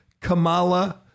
Kamala